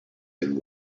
and